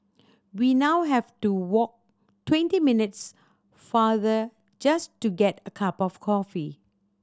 we now have to walk twenty minutes farther just to get a cup of coffee